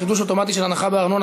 חידוש אוטומטי של הנחה בארנונה),